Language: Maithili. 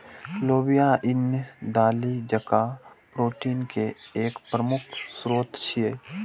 लोबिया ईन दालि जकां प्रोटीन के एक प्रमुख स्रोत छियै